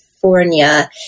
California